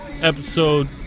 episode